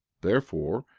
therefore,